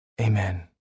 Amen